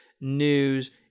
news